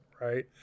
right